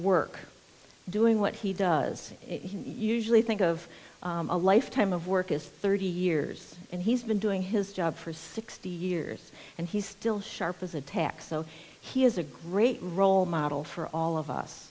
work doing what he does usually think of a lifetime of work is thirty years and he's been doing his job for sixty years and he's still sharp as a tack so he is a great role model for all of